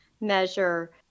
measure